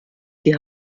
die